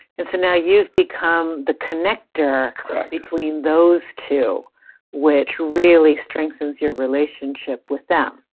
and so now you've become the connector between those two which really strengthens your relationship with them.